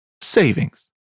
savings